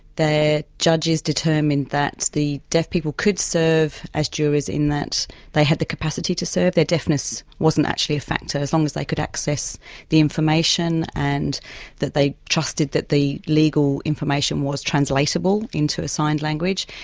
the judges determined that the deaf people could serve as jurors in that they had the capacity to serve their deafness wasn't actually a factor, as long as they could access the information and that they trusted that the legal information was translatable into a signed language,